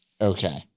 Okay